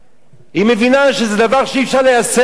היא מבינה שזה דבר שאי-אפשר ליישם אותו.